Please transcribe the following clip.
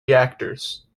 reactors